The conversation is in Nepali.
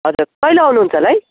हजुर कहिले आउनुहुन्छ होला है